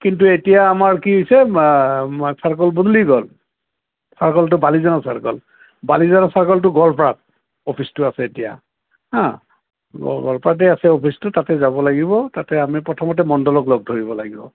কিন্তু এতিয়া আমাৰ কি হৈছে চাৰ্কল বদলি গ'ল চাৰ্কলটো বালিজনা চাৰ্কল বালিজনা চাৰ্কলটো গৰপাট অফিচটো আছে এতিয়া হা গৰপাটেই আছে অফিচটো তাতে যাব লাগিব তাতে আমি প্ৰথমতে মণ্ডলক লগ ধৰিব লাগিব